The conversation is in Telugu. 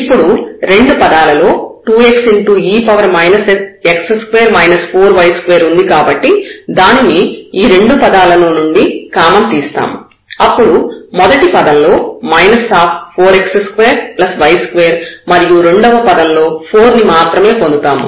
ఇప్పుడు రెండు పదాలలో 2xe x2 4y2 ఉంది కాబట్టి దానిని ఈ రెండు పదాలలో నుండి కామన్ తీస్తాము అప్పుడు మొదటి పదంలో 4x2y2 మరియు రెండవ పదంలో 4 ని మాత్రమే పొందుతాము